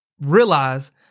realize